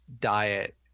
diet